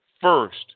first